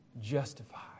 justified